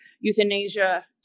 euthanasia